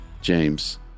James